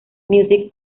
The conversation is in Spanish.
music